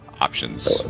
Options